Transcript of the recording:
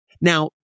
Now